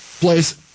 place